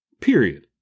Period